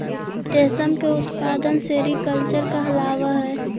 रेशम के उत्पादन सेरीकल्चर कहलावऽ हइ